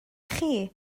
chi